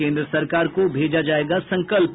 केन्द्र सरकर को भेजा जायेगा संकल्प